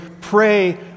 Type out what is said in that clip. pray